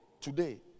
today